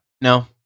No